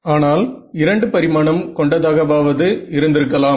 ஆனால் இரண்டு பரிமாணம் கொண்டதாகவாவது இருந்திருக்கலாம்